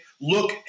look